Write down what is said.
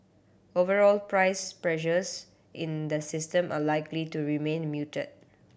overall price pressures in the system are likely to remain muted